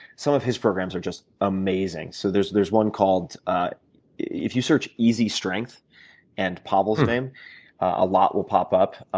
some of his programs are just amazing. so there's there's one called if you search easy strength and pavel's name a lot will pop up.